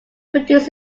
produced